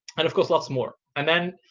and of course, lots more. and then